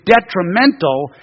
detrimental